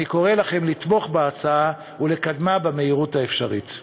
אני קורא לכם לתמוך בהצעה ולקדמה במהירות האפשרית.